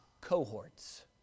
cohorts